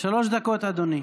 שלוש דקות, אדוני.